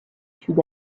sud